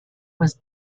was